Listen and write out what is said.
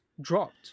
dropped